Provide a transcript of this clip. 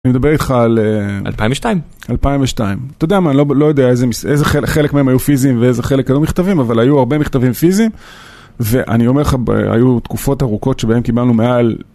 אני מדבר איתך על... 2002. 2002. אתה יודע מה, לא יודע איזה חלק מהם היו פיזיים ואיזה חלק היו מכתבים, אבל היו הרבה מכתבים פיזיים. ואני אומר לך, היו תקופות ארוכות שבהן קיבלנו מעל...